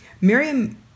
Miriam